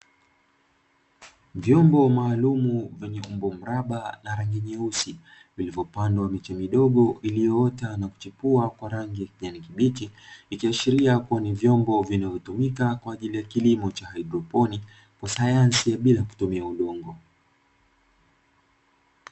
Vyombo maalumu vyenye umbo mraba na rangi nyeusi iliyopandwa miche midogo, iliyoota na kuchipua kwa rangi ya kijani kibichi ikiashiria kuwa ni vyombo vinavyotumika kwaajili ya kilimo cha haidroponi cha sayansi bila kutumia udongo.